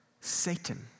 Satan